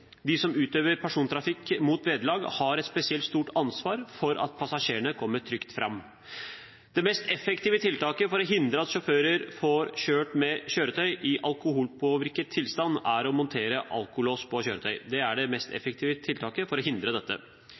De som utøver persontrafikk mot vederlag, har et spesielt stort ansvar for at passasjerene kommer trygt fram. Det mest effektive tiltaket for å hindre at sjåfører får kjørt med kjøretøy i alkoholpåvirket tilstand, er å montere alkolås på kjøretøyet. Det er det mest effektive tiltaket for å hindre dette.